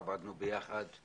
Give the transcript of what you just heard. עבדנו יחד.